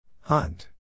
Hunt